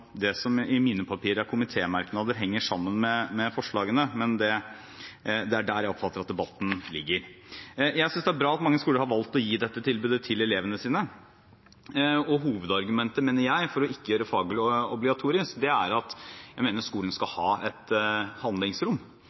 det som i mine papirer er komitémerknader, henger sammen med forslagene, men det er slik jeg oppfatter debatten. Jeg synes det er bra at mange skoler har valgt å gi dette tilbudet til elevene sine, og jeg mener at hovedargumentet for ikke å gjøre faget obligatorisk, er at skolen skal ha et handlingsrom.